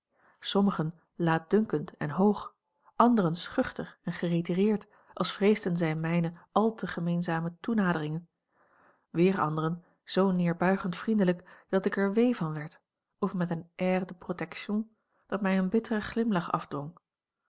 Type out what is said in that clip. sommigen laatdunkend en hoog anderen schuchter en geretireerd als vreesden zij mijne àl te gemeenzame toenadering weer anderen zoo neerbuigend vriendelijk dat ik er a l g bosboom-toussaint langs een omweg wee van werd of met een air de protection dat mij een bitteren glimlach afdwong